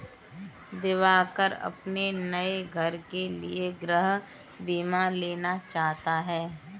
दिवाकर अपने नए घर के लिए गृह बीमा लेना चाहता है